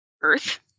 Earth